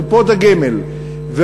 לקופות הגמל,